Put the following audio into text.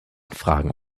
fragen